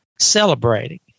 celebrating